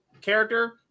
character